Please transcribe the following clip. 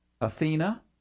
Athena